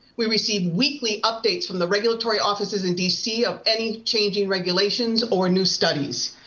we receive weekly updates from the regulatory offices in dc of any changing regulations or new studies.